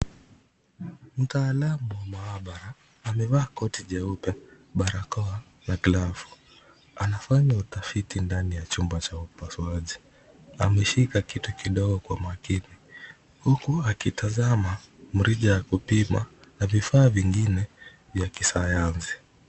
Mtaalamu wa maabara, amevaa koti jeupe, barakoa na glavu. Anafanya utafiti ndani ya chumba cha upasuaji. Ameshika kitu kidogo kwa makini, huku akitazama mrija wa kupima na vifaa vingine vya kisayansi.